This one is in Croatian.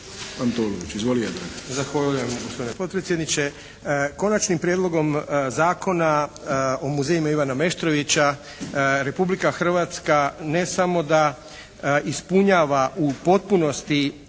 **Antolović, Jadran** Zahvaljujem gospodine potpredsjedniče. Konačnim prijedlogom Zakona o muzejima Ivana Meštrovića Republika Hrvatska ne samo da ispunjava u potpunosti